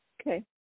Okay